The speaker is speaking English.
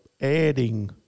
adding